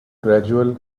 gradual